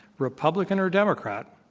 republican or democrat,